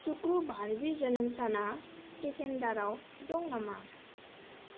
सुक्रुबार बि जोनोम साना केलेन्डाराव दं नामा